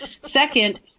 Second